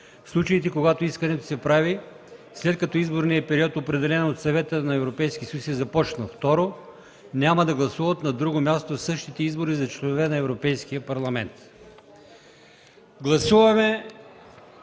случаите, когато искането се прави, след като изборният период, определен от Съвета на Европейския съюз, е започнал; 2. няма да гласуват на друго място в същите избори за членове на Европейския парламент”.